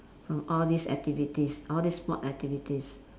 from all these activities all these sport activities